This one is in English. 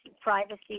privacy